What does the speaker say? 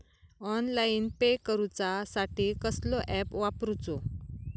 Online pay करूचा साठी कसलो ऍप वापरूचो?